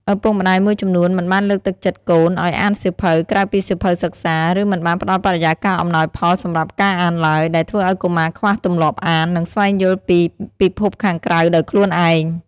ឪពុកម្តាយមួយចំនួនមិនបានលើកទឹកចិត្តកូនឱ្យអានសៀវភៅក្រៅពីសៀវភៅសិក្សា ឬមិនបានផ្តល់បរិយាកាសអំណោយផលសម្រាប់ការអានឡើយ ដែលធ្វើឱ្យកុមារខ្វះទម្លាប់អាន និងស្វែងយល់ពីពិភពខាងក្រៅដោយខ្លួនឯង។